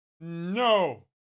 No